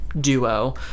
Duo